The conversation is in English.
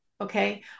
okay